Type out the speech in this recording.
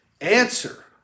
answer